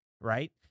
Right